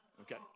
okay